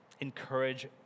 encourage